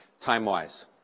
time-wise